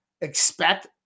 Expect